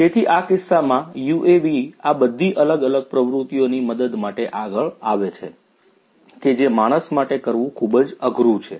તેથી આ કિસ્સામાં UAVs આ બધી અલગ અલગ પ્રવૃત્તિઓની મદદ માટે આગળ આવે છે કે જે માણસ માટે કરવું ખુબ જ અઘરું છે